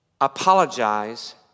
apologize